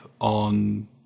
on